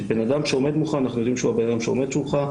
שבן אדם שעומד מולך אנחנו יודעים שהוא הבן אדם שעומד מולך.